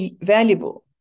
valuable